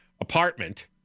apartment